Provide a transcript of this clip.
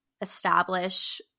establish